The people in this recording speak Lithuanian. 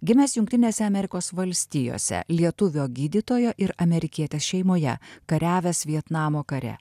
gimęs jungtinėse amerikos valstijose lietuvio gydytojo ir amerikietės šeimoje kariavęs vietnamo kare